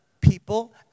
people